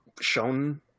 shown